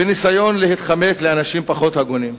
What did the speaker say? וניסיון להתחמק לאנשים פחות הגונים,